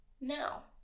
Now